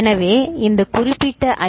எனவே இந்த குறிப்பிட்ட ஐ